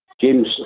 James